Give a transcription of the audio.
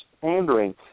pandering